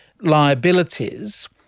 liabilities